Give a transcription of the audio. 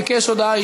בקריאה טרומית.